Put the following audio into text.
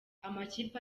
amakipe